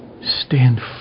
Stand